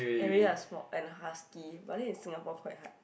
and maybe a small and husky but then in Singapore quite hard